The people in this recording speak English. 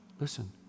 listen